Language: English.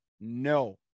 No